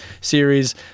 series